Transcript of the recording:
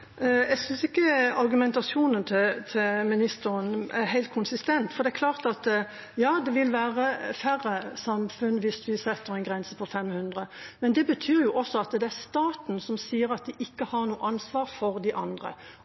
Jeg synes ikke argumentasjonen til ministeren er helt konsistent. Det er klart at det vil være færre samfunn hvis vi setter en grense på 500, men det betyr også at staten sier at de ikke har noe ansvar for de andre,